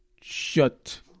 shut